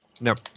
Nope